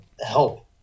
help